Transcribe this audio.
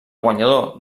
guanyador